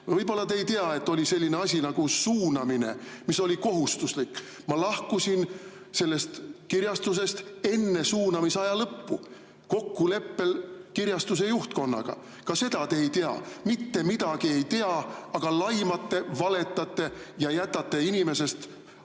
Võib-olla te ei tea, et oli selline asi nagu suunamine, mis oli kohustuslik. Ma lahkusin sellest kirjastusest enne suunamisaja lõppu kokkuleppel kirjastuse juhtkonnaga. Ka seda te ei tea, mitte midagi te ei tea, aga laimate, valetate ja jätate inimesest vale